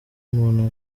muntu